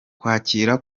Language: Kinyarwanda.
kwakira